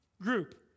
group